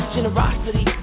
Generosity